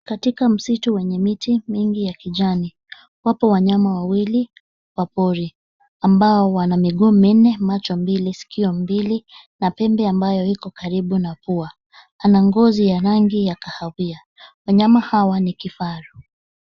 Katika msitu wenye miti mingi ya kijani, wapo wanyama wawili wa pori; ambao wana miguu minne, macho mbili, sikio mbili na pembe ambayo iko karibu na pua. Ana ngozi ya rangi ya kahawia. Wanyama hawa ni kifaru.